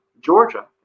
Georgia